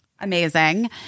Amazing